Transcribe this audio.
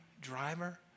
driver